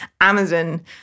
Amazon